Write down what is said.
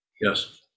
Yes